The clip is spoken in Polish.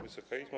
Wysoka Izbo!